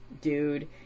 dude